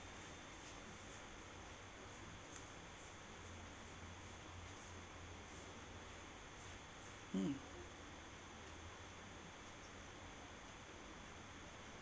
mm